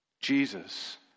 Jesus